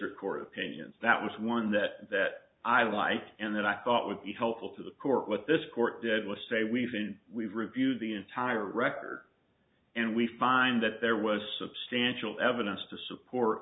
district court opinions that was one that that i like and that i thought would be helpful to the court what this court did was say we've been we've reviewed the entire record and we find that there was substantial evidence to support